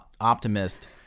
optimist